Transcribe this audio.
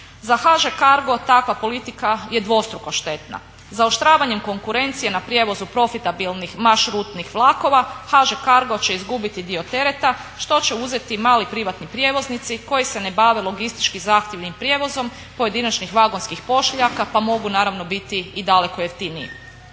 Za HŽ Cargo takva politika je dvostruko štetna. Zaoštravanjem konkurencije na prijevozu profitabilnih maš rutnih vlakova HŽ Cargo će izgubiti dio tereta što će uzeti mali privatni prijevoznici koji se ne bave logistički zahtjevnim prijevozom pojedinačnih vagonskih pošiljaka pa mogu naravno biti i daleko jeftiniji.